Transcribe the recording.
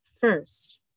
first